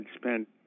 spent